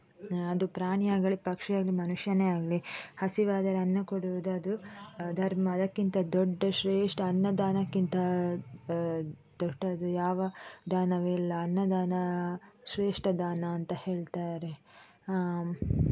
ಅದು ಪ್ರಾಣಿಯಾಗಲಿ ಪಕ್ಷಿಯಾಗಲಿ ಮನುಷ್ಯನೇ ಆಗಲಿ ಹಸಿವಾದರೆ ಅನ್ನ ಕೊಡುವುದು ಅದು ಧರ್ಮ ಅದಕ್ಕಿಂತ ದೊಡ್ಡ ಶ್ರೇಷ್ಠ ಅನ್ನದಾನಕ್ಕಿಂತ ದೊಡ್ಡದು ಯಾವ ದಾನವಿಲ್ಲ ಅನ್ನದಾನ ಶ್ರೇಷ್ಠ ದಾನ ಅಂತ ಹೇಳ್ತಾರೆ